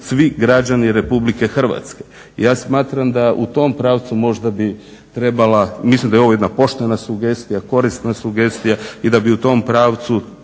svi građani Republike Hrvatske. Ja smatram da u tom pravcu možda bi trebala, mislim da je ovo jedna poštena sugestija, korisna sugestija i da bi u tom pravcu